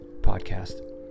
Podcast